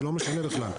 זה לא משנה בכלל.